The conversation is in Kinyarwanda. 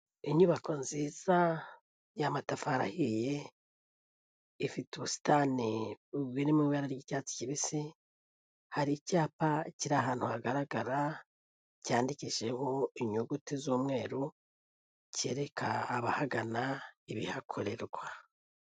Inyubako nziza y'amatafari ahiye ifite ubusitani buririmo ibara ry'icyatsi kibisi hari icyapa kiri ahantu hagaragara cyandikishijeho inyuguti z'umweru, kereka abahagana ibihakorerwa.